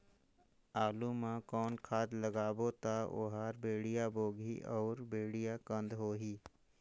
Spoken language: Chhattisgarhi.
आलू मा कौन खाद लगाबो ता ओहार बेडिया भोगही अउ बेडिया कन्द होही?